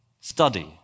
study